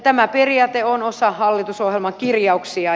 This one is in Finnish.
tämä periaate on osa hallitusohjelman kirjauksia